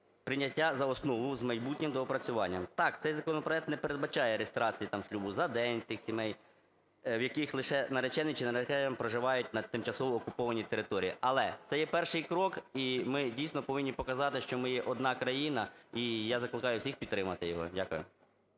прийняття за основу з майбутнім доопрацюванням. Так, цей законопроект не передбачає реєстрації, там, шлюбу за день тих сімей, в яких лише наречений чи наречена проживають на тимчасово окупованій території. Але це перший крок і ми дійсно повинні показати, що ми є одна країна. І я закликаю всіх підтримати його. Дякую.